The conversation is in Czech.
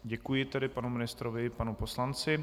Děkuji tedy panu ministrovi i panu poslanci.